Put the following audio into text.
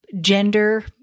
gender